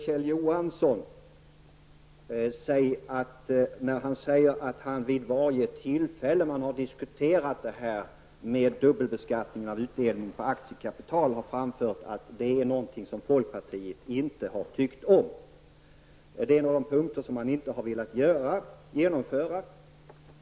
Kjell Johansson säger att vid varje tillfälle då man har diskuterat frågan om dubbelbeskattning av utdelning på aktiekapital har han framfört att det är något som folkpartiet inte har tyckt om. Det är en av de punkter han inte har velat genomföra.